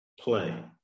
Play